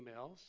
emails